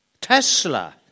Tesla